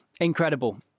Incredible